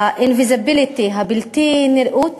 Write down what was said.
ה-invisibility, הבלתי-נראות